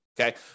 Okay